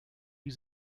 wie